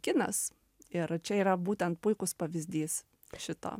kinas ir čia yra būtent puikus pavyzdys šito